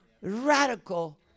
radical